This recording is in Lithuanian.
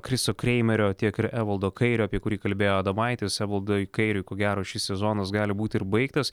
chriso kreimerio tiek ir evaldo kairio apie kurį kalbėjo adomaitis evaldui kairiui ko gero šis sezonas gali būti ir baigtas